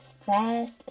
fast